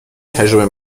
تجربه